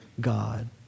God